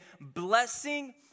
blessing